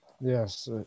Yes